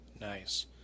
Nice